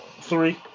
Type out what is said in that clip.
Three